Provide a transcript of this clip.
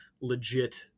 legit